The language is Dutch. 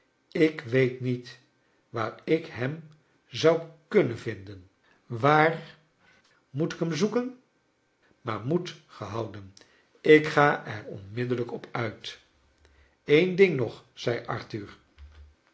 ik weet niet waar ik hem zou kunnen vinden waar moet ik hem zoeken maar moed gehoudenl k ga er onmiddellijk op uit een ding nog zei arthur